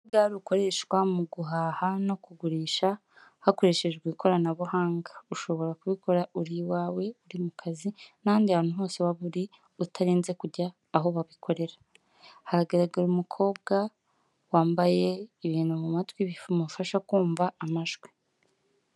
Urubuga rukoreshwa mu guhaha no kugurisha hakoreshejwe ikoranabuhanga, ushobora kubikora uri uwawe, uri mu kazi, n'ahandi hantu hose waba uri utarinze kujya aho babikorera. Hagaragara umukobwa wambaye ibintu mu matwi bimufasha kumva amajwi.